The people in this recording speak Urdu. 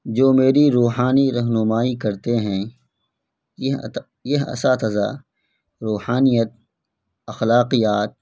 جو میری روحانی رہنمائی کرتے ہیں یہ اساتذہ روحانیت اخلاقیات